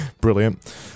brilliant